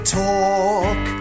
talk